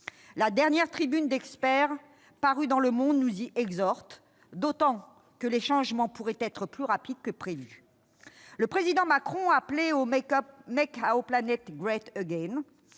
La dernière tribune d'experts parue dans nous y exhorte, d'autant que les changements pourraient être plus rapides que prévu. Le Président Macron appelait au «», mais toutes